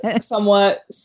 somewhat